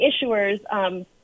issuers